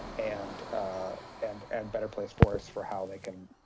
and and and better place for us for how they can,